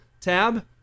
tab